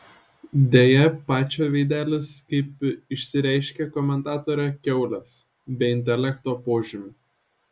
deja pačio veidelis kaip išsireiškė komentatorė kiaulės be intelekto požymių